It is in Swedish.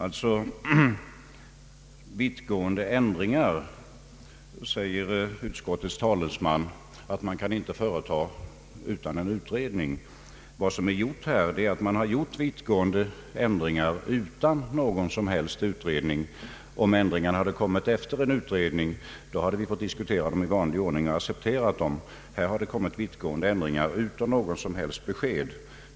Utskottets talesman säger att det inte kan genomföras vittgående ändringar utan en utredning. Vad som här skett är att det gjorts vittgående ändringar utan någon som helst utredning. Om ändringarna hade kommit till stånd efter en utredning, hade vi fått diskutera dem i vanlig ordning och accepterat dem. Här har det genomförts vittgående ändringar utan något som helst besked i förväg.